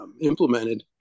implemented